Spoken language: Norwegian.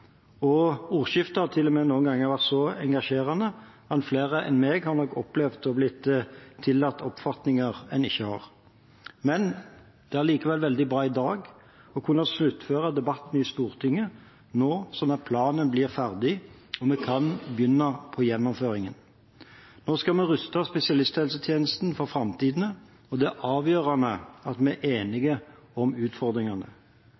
og ordskiftet har noen ganger til og med vært så engasjerende at flere enn jeg nok har opplevd å ha blitt tillagt oppfatninger man ikke har. Men det er likevel veldig bra i dag å kunne sluttføre debatten i Stortinget nå, sånn at planen blir ferdig, og vi kan begynne på gjennomføringen. Nå skal vi ruste spesialisthelsetjenesten for framtiden, og det er avgjørende at vi er